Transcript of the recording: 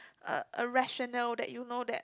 a a rational that you know that